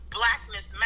blackness